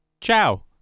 Ciao